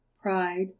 pride